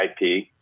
IP